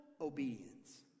obedience